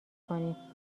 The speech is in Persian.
کنیم